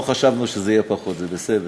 לא חשבנו שזה יהיה פחות, זה בסדר.